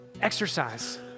exercise